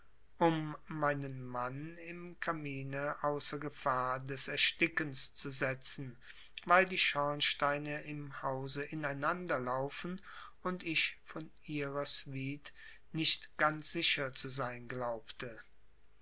um meinen mann im kamine außer gefahr des erstickens zu setzen weil die schornsteine im hause ineinander laufen und ich vor ihrer suite nicht ganz sicher zu sein glaubte